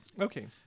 Okay